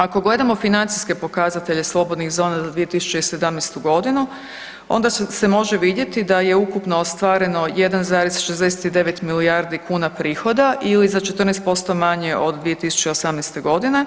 Ako gledamo financijske pokazatelje slobodnih zona za 2017. godinu onda se može vidjeti da je ukupno ostvareno 1,69 milijardi kuna prihoda ili za 14% manje od 2018. godine.